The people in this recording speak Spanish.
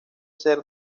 ser